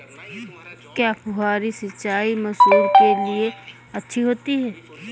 क्या फुहारी सिंचाई मसूर के लिए अच्छी होती है?